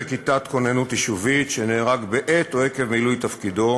כיתת כוננות יישובית שנהרג בעת או עקב מילוי תפקידו